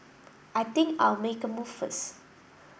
I think I'll make a move first